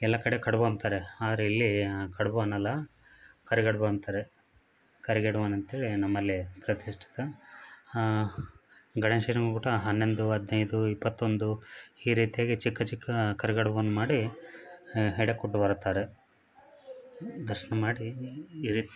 ಎಲ್ಲ ಕಡೆ ಕಡುಬು ಅಂತಾರೆ ಆದರೆ ಇಲ್ಲಿ ಕಡುಬು ಅನ್ನೋಲ್ಲ ಕರಿಗಡ್ಬು ಅಂತಾರೆ ಕರಿಗಡ್ಬು ಅಂತೇಳಿ ನಮ್ಮಲ್ಲಿ ಪ್ರತಿಷ್ಠಿತ ಗಣೇಶನ ಊಟ ಹನ್ನೊಂದು ಹದಿನೈದು ಇಪ್ಪತ್ತೊಂದು ಈ ರೀತಿಯಾಗಿ ಚಿಕ್ಕ ಚಿಕ್ಕ ಕರೆಗಡ್ಬನ್ನ ಮಾಡಿ ಎಡೆ ಕೊಟ್ಟು ಬರುತ್ತಾರೆ ದರ್ಶನ ಮಾಡಿ ಈ ರೀತಿ